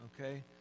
Okay